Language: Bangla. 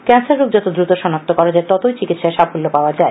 ক্যান্সার রোগ যত দ্রুত সনাক্ত করা যায় ততই চিকিৎসায় সাফল্য পাওয়া যায়